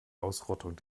ausrottung